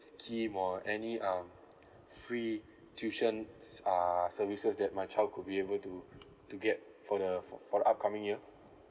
scheme or any um free tuition s~ uh services that my child could be able to to get for the for for the upcoming year